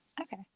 okay